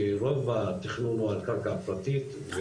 שרוב התכנון הוא על קרקע פרטית,